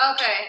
Okay